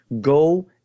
go